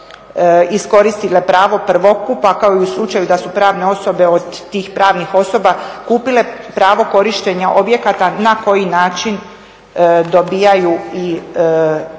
iskoristile pravo prvokupa kao i u slučaju da su pravne osobe od tih pravnih osoba kupile pravo korištenja objekata na koji način dobijaju i